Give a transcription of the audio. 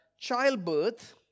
childbirth